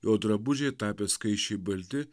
jo drabužiai tapę skaisčiai balti